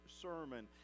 sermon